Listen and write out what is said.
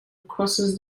crosses